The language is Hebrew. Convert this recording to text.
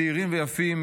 צעירים ויפים.